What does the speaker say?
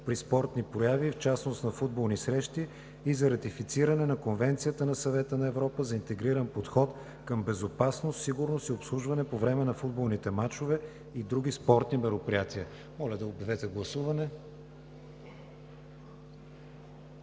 при спортни прояви, в частност на футболни срещи и за ратифициране на Конвенцията на Съвета на Европа за интегриран подход към безопасност, сигурност и обслужване по време на футболните мачове и други спортни мероприятия. Гласували